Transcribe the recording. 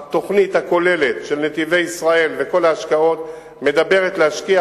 התוכנית הכוללת של "נתיבי ישראל" וכל ההשקעות מדברת על השקעה